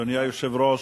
אדוני היושב-ראש,